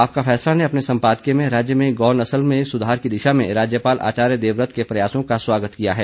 आपका फैसला ने अपने संपादकीय में राज्य में गौ नस्ल में सुधार की दिशा में राज्यपाल आचार्य देवव्रत के प्रयासों का स्वागत किया है